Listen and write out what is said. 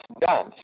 done